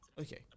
Okay